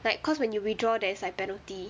like cause when you withdraw there is like penalty